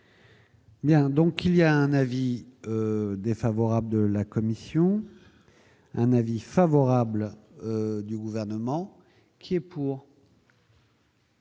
Bien, donc il y a un avis défavorable de la commission, un avis favorable du gouvernement qui est pour.